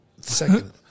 second